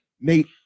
Nate